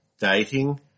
dating